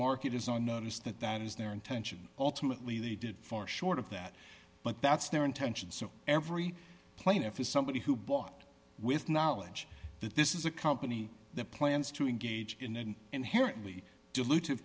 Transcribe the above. market is on notice that that is their intention ultimately they did far short of that but that's their intention so every plaintiff is somebody who bought with knowledge that this is a company that plans to engage in an inherently diluted